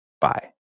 Bye